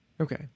okay